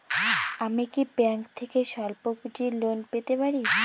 আমি কি ব্যাংক থেকে স্বল্প পুঁজির লোন পেতে পারি?